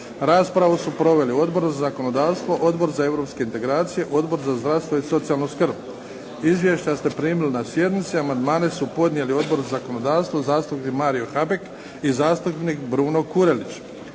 Raspravu su proveli Odbor za zakonodavstvo, Odbor za europske integracije, Odbor za zdravstvo i socijalnu skrb. Izvješća ste primili na sjednici. Amandmane su podnijeli Odbor za zakonodavstvo, zastupnik Mario Habek i zastupnik Bruno Kurelić.